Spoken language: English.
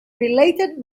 related